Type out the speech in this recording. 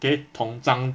K 铜章